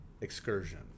excursion